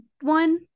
one